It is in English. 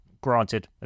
Granted